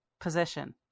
position